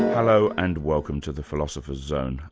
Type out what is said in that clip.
hello, and welcome to the philosopher's zone.